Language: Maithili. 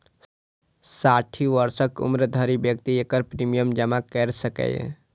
साठि वर्षक उम्र धरि व्यक्ति एकर प्रीमियम जमा कैर सकैए